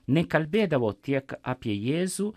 nekalbėdavo tiek apie jėzų